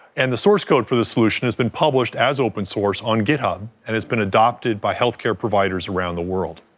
and the source code for this solution has been published as open source on github, and has been adopted by healthcare providers around the world.